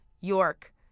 York